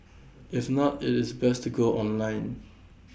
if not IT is best to go online